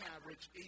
average